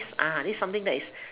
uh this is something that is